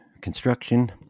construction